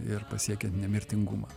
ir pasiekiant nemirtingumą